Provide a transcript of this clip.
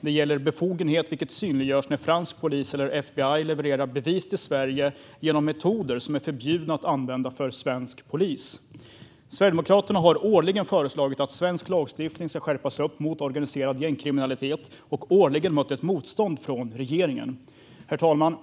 Det gäller befogenhet, vilket synliggörs när fransk polis eller FBI levererar bevis till Sverige genom metoder som är förbjudna att använda för svensk polis. Sverigedemokraterna har årligen föreslagit att svensk lagstiftning mot organiserad gängkriminalitet ska skärpas och har årligen mött ett motstånd från regeringen. Herr talman!